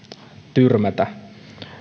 tyrmätä